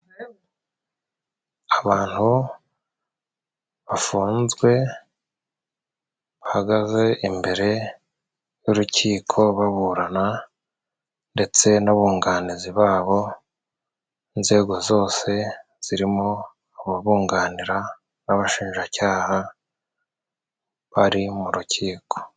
Abantu bafunzwe bahagaze imbere y'urukiko baburana, ndetse n'abunganizi babo, n'inzego zose zirimo ababunganira n'abashinjacyaha bari mu rukiko.